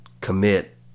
commit